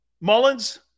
Mullins